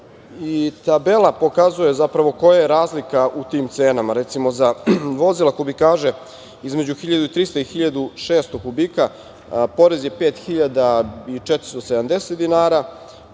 tabela pokazuje koja je razlika u tim cenama. Recimo za vozila kubikaže između 1.300 i 1.600 kubika porez je 5.470 dinara,